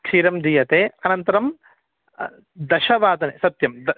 क्षीरं दीयते अनन्तरं दशवादने सत्यं द्